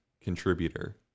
contributor